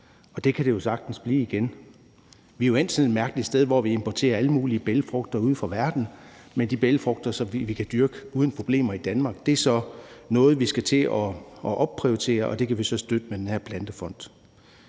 Det kan det jo sagtens blive igen. Vi er jo endt sådan et mærkeligt sted, hvor vi importerer alle mulige bælgfrugter fra hele verden. Men de bælgfrugter, som vi uden problemer kan dyrke i Danmark, er nogle, vi skal til at opprioritere. Det kan vi så støtte med den her plantefond.